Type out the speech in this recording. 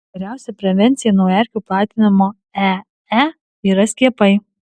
geriausia prevencija nuo erkių platinamo ee yra skiepai